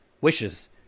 wishes